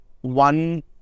one